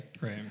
Right